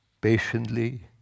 patiently